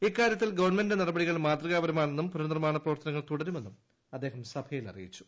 ഇക്കാര്യത്തിൽ ഗവൺമെന്റിന്റെ നടപടികൾ മാതൃകാപരമാ ണെന്നും പുനർനിർമ്മാണ പ്രവർത്തനങ്ങൾ തുടരുമെന്നും അദ്ദേഹം സഭയിൽ അറിയിച്ചു